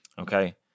Okay